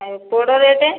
ଆଉ pod rate